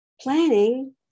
Planning